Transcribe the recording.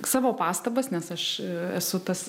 savo pastabas nes aš esu tas